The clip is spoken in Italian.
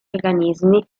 organismi